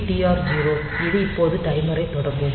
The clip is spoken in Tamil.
SETB TR0 இது இப்போது டைமரைத் தொடங்கும்